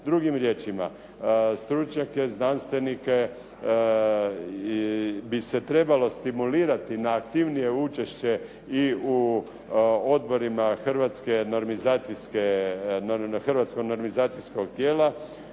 Drugim riječima, stručnjake, znanstvenike bi se trebalo stimulirati na aktivnije učešće i u odborima Hrvatskog normizacijom tijela,